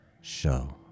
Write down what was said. Show